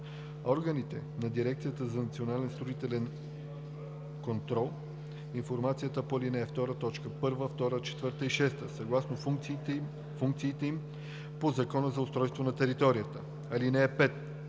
органите на Дирекцията за национален строителен контрол информацията по ал. 2, т. 1, 2, 4 и 6, съгласно функциите им по Закона за устройство на територията. (5)